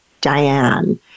Diane